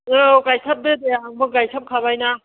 औ गायथारदो दे आंबो गायसाबखाबायना